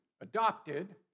adopted